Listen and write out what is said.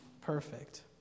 perfect